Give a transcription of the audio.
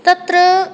तत्र